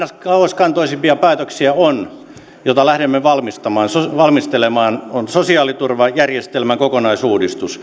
kauaskantoisimpia päätöksiä jota lähdemme valmistelemaan valmistelemaan on sosiaaliturvajärjestelmän kokonaisuudistus